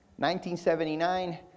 1979